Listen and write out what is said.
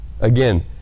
Again